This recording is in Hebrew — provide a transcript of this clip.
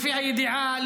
לפי הידיעה,